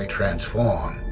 transform